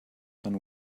than